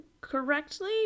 correctly